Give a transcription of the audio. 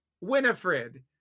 Winifred